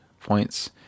points